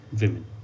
women